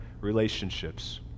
relationships